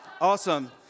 awesome